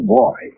boy